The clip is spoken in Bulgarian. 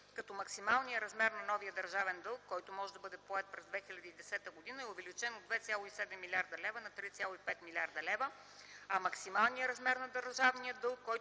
като максималният размер на новия държавен дълг, който може да бъде поет през 2010 г., е увеличен от 2,7 млрд. лв. на 3,5 млрд. лв., а максималният размер на държавния дълг,